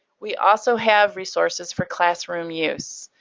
we also have resources for classroom use.